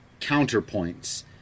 counterpoints